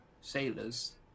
sailors